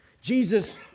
Jesus